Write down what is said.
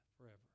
forever